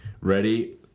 Ready